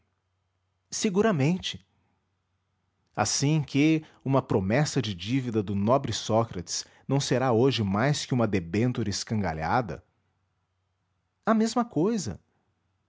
seguramente assim que uma promessa de dívida do nobre sócrates não será hoje mais que uma debenture escangalhada a mesma cousa